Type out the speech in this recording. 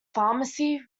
pharmacy